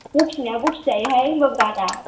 बखिनाया बखिजायोहाय होमब्लाबो गारा